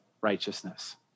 righteousness